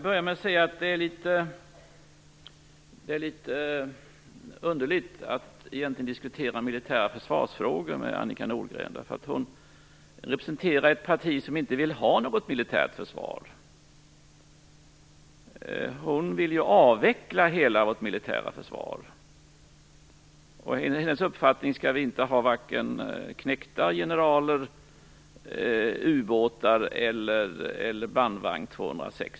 Fru talman! Det är egentligen litet underligt att diskutera militära försvarsfrågor med Annika Nordgren. Hon representerar ett parti som inte vill ha något militärt försvar. Hon vill avveckla hela det militära försvaret. Enligt hennes uppfattning skall vi ha varken knektar, generaler, ubåtar eller bandvagn 206.